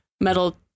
metal